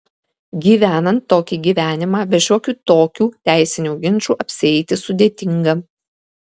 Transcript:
gyvenant tokį gyvenimą be šiokių tokių teisinių ginčų apsieiti sudėtinga